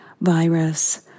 virus